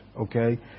Okay